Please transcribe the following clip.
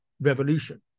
revolution